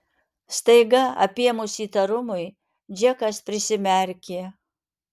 staiga apėmus įtarumui džekas prisimerkė